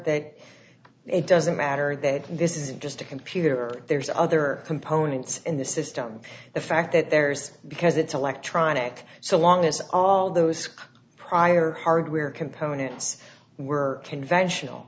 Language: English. that it doesn't matter that this isn't just a computer there's other components in the system the fact that there's because it's electronic so long as all those prior hardware components were conventional